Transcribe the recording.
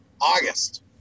August